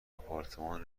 آپارتمان